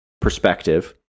perspective